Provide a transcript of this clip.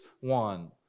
one